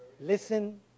Listen